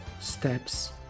steps